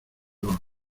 los